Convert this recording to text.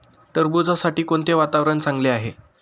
टरबूजासाठी कोणते वातावरण चांगले आहे?